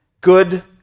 Good